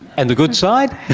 and the good side?